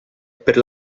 per